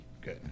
good